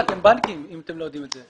אתם בנקים, אם אתם לא יודעים את זה.